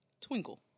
Twinkle